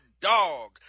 dog